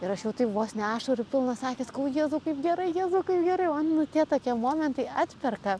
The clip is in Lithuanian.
ir aš jau taip vos ne ašarų pilnos akys sakau jėzau kaip gerai jėzau kaip gerai o nu tie tokie momentai atperka